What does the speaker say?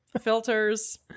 Filters